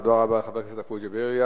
תודה רבה, חבר הכנסת עפו אגבאריה.